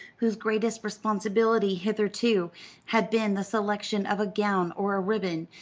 whose greatest responsibility hitherto had been the selection of a gown or a ribbon,